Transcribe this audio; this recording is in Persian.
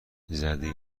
زده